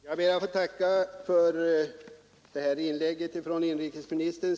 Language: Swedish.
Herr talman! Jag ber att få tacka för det här inlägget av inrikesministern.